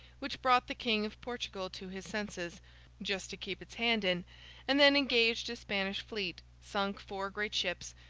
which brought the king of portugal to his senses just to keep its hand in and then engaged a spanish fleet, sunk four great ships,